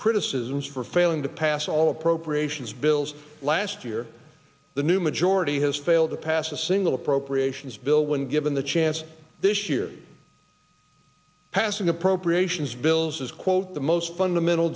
criticisms for failing to pass all appropriations bills last year the new majority has failed to pass a single appropriations bill when given the chance this year passing appropriations bills is quote the most fundamental